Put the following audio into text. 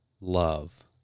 love